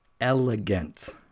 elegant